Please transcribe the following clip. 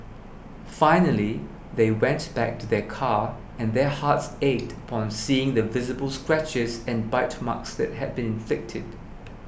finally they went back to their car and their hearts ached upon seeing the visible scratches and bite marks that had been inflicted